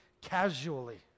casually